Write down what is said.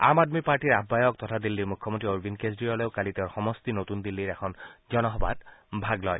আম আদমী পাৰ্টীৰ আহ্বায়ক তথা দিল্লীৰ মুখ্যমন্ত্ৰী অৰবিন্দ কেজৰিৱালেও কালি তেওঁৰ সমষ্টি নতুন দিল্লীৰ এখন জনসভাত ভাগ লয়